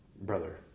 brother